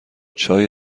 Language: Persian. چای